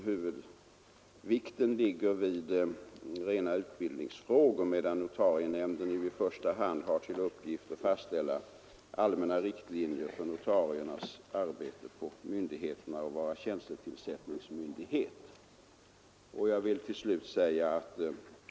Huvudvikten ligger hos dem vid rena utbildningsfrågor, medan notarienämnden i första hand har till uppgift att fastställa allmänna riktlinjer för notariernas arbete på myndigheterna och att vara tjänstetillsättningsmyndighet.